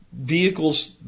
vehicles